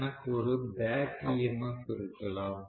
எனக்கு ஒரு back EMF இருக்கலாம்